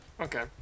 okay